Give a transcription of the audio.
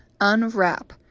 unwrap